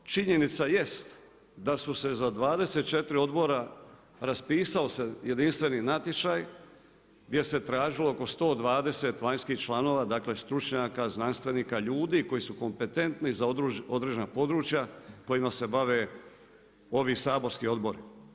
Činjenica jest da su se za 24 odbora raspisao se jedinstveni natječaj gdje se tražilo oko 120 vanjskih članova dakle stručnjaka, znanstvenika, ljudi koji su kompetentni za određena područja kojima se bave ovi saborski odbori.